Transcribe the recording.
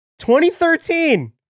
2013